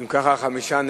חמישה.